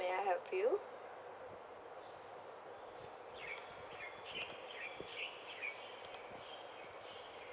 may I help you